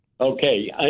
Okay